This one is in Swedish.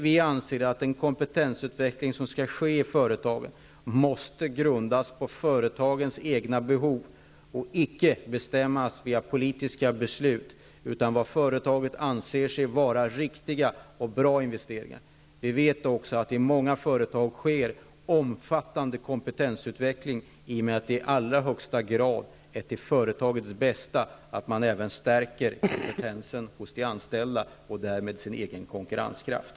Vi anser att den kompetensutveckling som skall ske i företagen måste grundas på företagens egna behov. Den skall icke bestämmas via politiska beslut. Det är vad företagen anser vara riktiga och bra investeringar som skall gälla. Vi vet att det i många företag sker omfattande kompetensutveckling, i och med att det i allra högsta grad är till företagens bästa att de höjer kompetensen hos de anställda och därmed stärker sin konkurrenskraft.